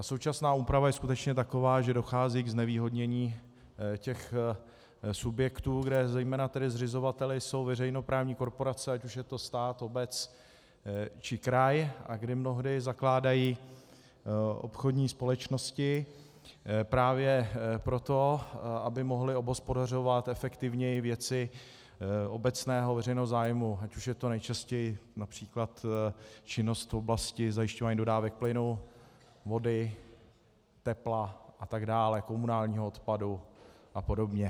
Současná úprava je skutečně taková, že dochází k znevýhodnění těch subjektů, kde zejména zřizovateli jsou veřejnoprávní korporace, ať už je to stát, obec, či kraj, a kde mnohdy zakládají obchodní společnosti právě proto, aby mohly obhospodařovat efektivněji věci obecného veřejného zájmu, ať už je to nejčastěji například činnost v oblasti zajišťování dodávek plynu, vody, tepla atd., komunálního odpadu a podobně.